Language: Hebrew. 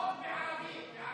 למחוק בערבית.